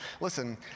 listen